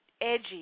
edgy